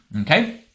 Okay